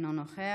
אינו נוכח.